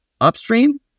upstream